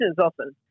often